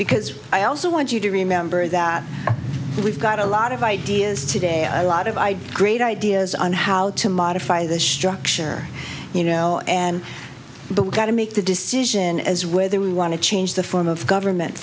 because i also want you to remember that we've got a lot of ideas today i lot of ideas great ideas on how to modify this structure you know and the we've got to make the decision as whether we want to change the form of government